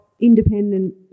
independent